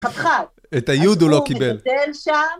חד חד. את היוד לא קיבל. מבטל שם..